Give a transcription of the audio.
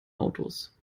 autos